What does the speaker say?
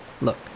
Look